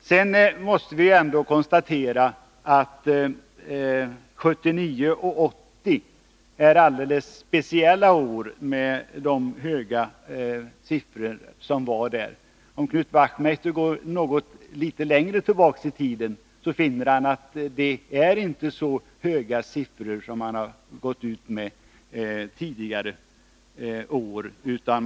Sedan måste vi konstatera att 1979 och 1980 är alldeles speciella år, med de höga siffror som då förekom. Om Knut Wachtmeister går litet längre tillbaka i tiden, finner han att det inte är så stora belopp som man har gått ut med tidigare.